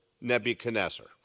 Nebuchadnezzar